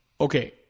Okay